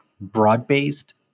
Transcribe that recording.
broad-based